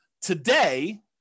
Today